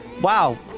Wow